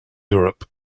europe